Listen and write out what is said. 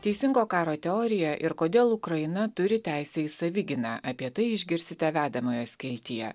teisingo karo teorija ir kodėl ukraina turi teisę į savigyną apie tai išgirsite vedamojo skiltyje